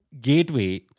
gateway